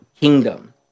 kingdom